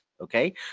okay